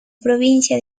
provincia